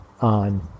on